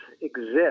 exist